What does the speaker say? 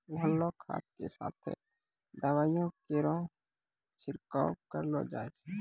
घोललो खाद क साथें दवाइयो केरो छिड़काव करलो जाय छै?